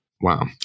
Wow